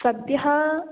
सद्यः